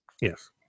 Yes